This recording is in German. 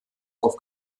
auf